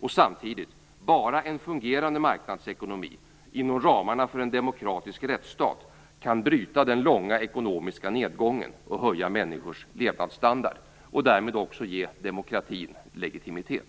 Och samtidigt: Bara en fungerande marknadsekonomi - inom ramarna för en demokratisk rättsstat - kan bryta den långa ekonomiska nedgången, höja människors levnadsstandard och därmed också ge demokratin legitimitet.